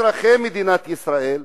אזרחי מדינת ישראל,